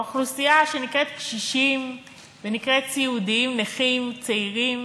האוכלוסייה שנקראת קשישים ונקראת סיעודיים נכים צעירים.